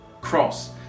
cross